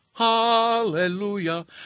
Hallelujah